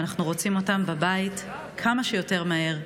ואנחנו רוצים אותם בבית כמה שיותר מהר,